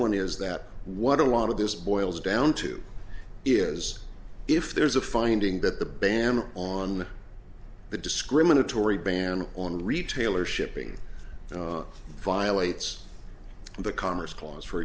one is that what a lot of this boils down to is if there's a finding that the ban on the discriminatory ban on retailer shipping violates the commerce clause for